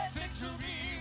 victory